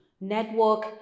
Network